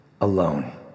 alone